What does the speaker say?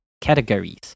categories